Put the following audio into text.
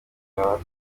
baba